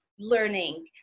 learning